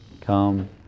come